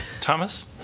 thomas